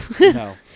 no